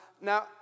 Now